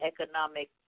economic